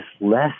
less